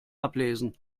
ablesen